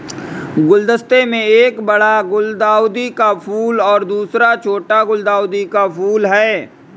गुलदस्ते में एक बड़ा गुलदाउदी का फूल और दूसरा छोटा गुलदाउदी का फूल है